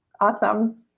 Awesome